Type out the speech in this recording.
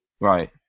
Right